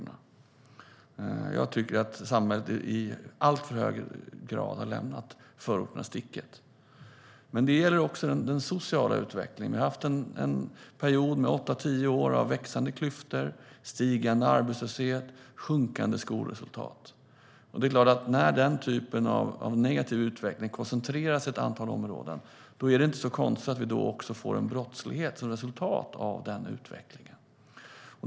Jag tycker att samhället i alltför hög grad har lämnat förorterna i sticket. Men det gäller också den sociala utvecklingen. Vi har haft en period med åtta tio år av växande klyftor, stigande arbetslöshet och sjunkande skolresultat. När den typen av negativ utveckling koncentreras till ett antal områden är det inte så konstigt att vi också får en brottslighet som resultat av den utvecklingen.